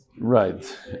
Right